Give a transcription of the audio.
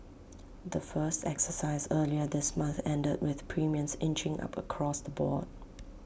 the first exercise earlier this month ended with premiums inching up across the board